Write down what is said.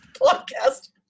podcast